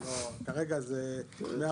זה